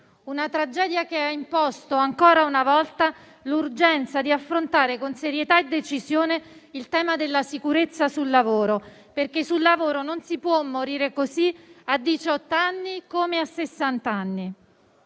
tragedia ha imposto, ancora una volta, l'urgenza di affrontare con serietà e decisione il tema della sicurezza sul lavoro, perché sul lavoro non si può morire così, a diciotto come a sessant'anni.